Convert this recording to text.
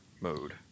mode